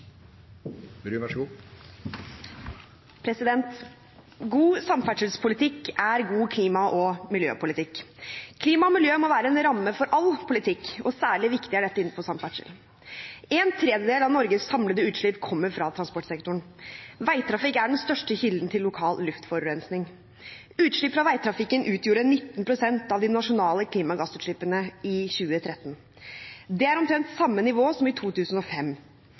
god klima- og miljøpolitikk. Klima og miljø må være en ramme for all politikk, og særlig viktig er dette innenfor samferdsel. En tredjedel av Norges samlede utslipp kommer fra transportsektoren. Veitrafikk er den største kilden til lokal luftforurensning. Utslipp fra veitrafikken utgjorde 19 pst. av de nasjonale klimagassutslippene i 2013. Det er omtrent samme nivå som i 2005.